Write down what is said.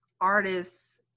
artists